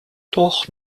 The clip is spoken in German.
doch